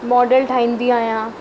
model ठाहींदी आहियां